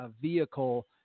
vehicle